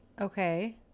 Okay